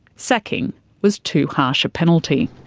sacking was too harsh a penalty.